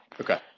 Okay